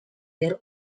their